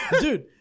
dude